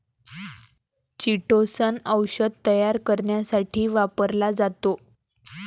chitosan औषध तयार करण्यासाठी वापरला जातो